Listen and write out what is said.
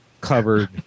covered